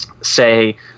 say